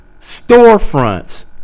storefronts